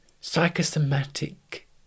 psychosomatic